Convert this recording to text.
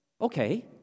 Okay